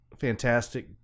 fantastic